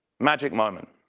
magic moment.